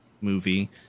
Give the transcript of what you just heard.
movie